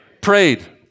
Prayed